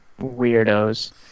weirdos